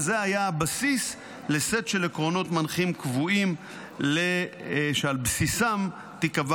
וזה היה הבסיס לסט של עקרונות מנחים קבועים שעל בסיסם תיקבע